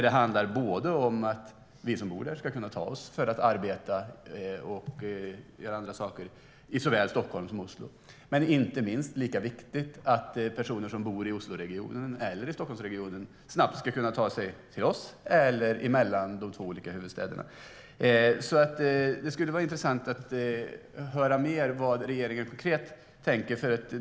Det handlar både om att vi som bor där ska kunna ta oss till såväl Stockholm som Oslo för att arbeta och göra andra saker och, vilket är minst lika viktigt, om att personer som bor i Osloregionen eller i Stockholmsregionen snabbt ska kunna ta sig till oss - eller mellan de två olika huvudstäderna. Det vore alltså intressant att höra mer om vad regeringen konkret tänker.